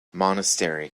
monastery